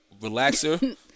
relaxer